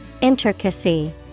Intricacy